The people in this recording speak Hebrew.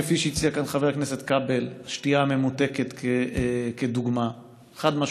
כפי שהציע כאן חבר הכנסת כבל: שתייה ממותקת כדוגמה חד-משמעית.